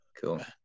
Cool